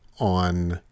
on